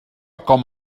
com